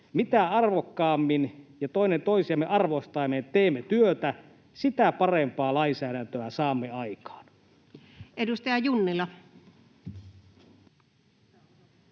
”Mitä arvokkaammin ja toinen toisiamme arvostaen me teemme työtä, sitä parempaa lainsäädäntöä saamme aikaan.” [Speech